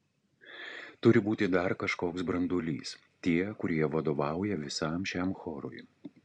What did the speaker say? turi būti dar kažkoks branduolys tie kurie vadovauja visam šiam chorui